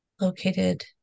located